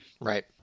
right